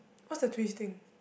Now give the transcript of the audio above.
what's the twisting